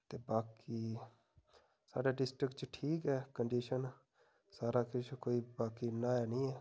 ते बाकी साढ़े डिस्ट्रिक च ठीक ऐ कंडिशन सारा किश कोई बाकी इ'न्ना ऐ नी ऐ